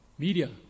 Media